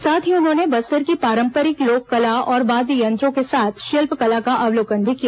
साथ ही उन्होंने बस्तर की पारंपरिक लोककला और वाद्य यंत्रों के साथ शिल्प कला का अवलोकन भी किया